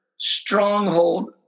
stronghold